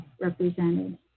represented